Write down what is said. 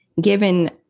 Given